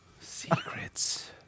Secrets